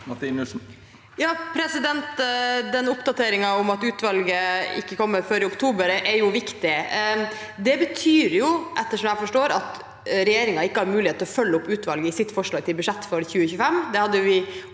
(R) Den opp- dateringen om at utvalgets anbefalinger ikke kommer før i oktober, er viktig. Det betyr – etter som jeg forstår – at regjeringen ikke har mulighet til å følge opp utvalget i sitt forslag til budsjett for 2025.